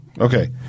Okay